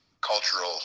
cultural